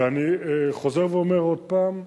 אני חוזר ואומר עוד פעם.